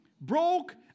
broke